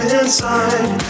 inside